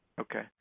Okay